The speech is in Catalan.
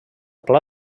pla